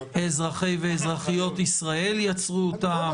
אזרחי ואזרחיות ישראל יצרנו אותם,